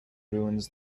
ruins